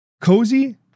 Cozy